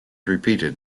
repeated